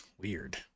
weird